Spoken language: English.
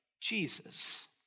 Jesus